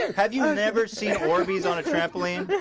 have you and never seen more bees on a trampoline?